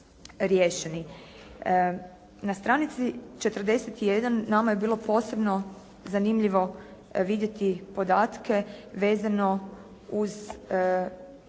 Na stranici 41 nama je bilo posebno zanimljivo vidjeti podatke vezano uz